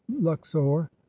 luxor